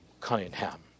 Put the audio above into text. Cunningham